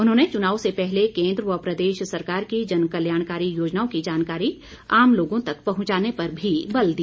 उन्होंने चुनाव से पहले केन्द्र व प्रदेश सरकार की जनकल्याणकारी योजनाओं की जानकारी आम लोगों तक पहुंचाने पर भी बल दिया